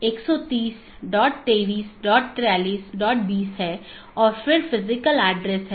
इसलिए उनके बीच सही तालमेल होना चाहिए